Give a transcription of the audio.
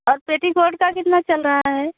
और पेटीकोट का कितना चल रहा है